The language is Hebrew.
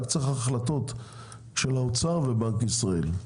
רק צריך החלטות של האוצר ובנק ישראל.